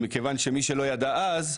מכיוון שמי שלא ידע אז,